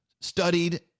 studied